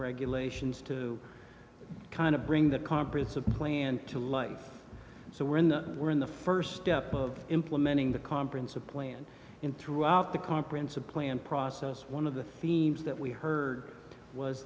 regulations to kind of bring the congress a plan to life so we're in the we're in the first step of implementing the conference a plan in throughout the conference a plan process one of the themes that we heard was